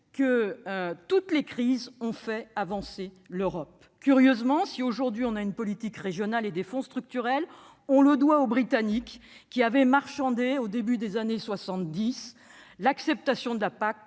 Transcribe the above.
que toutes les crises ont fait avancer l'Europe. Si, aujourd'hui, nous disposons d'une politique régionale et de fonds structurels, nous le devons aux Britanniques, qui avaient marchandé, au début des années 1970, l'acceptation de la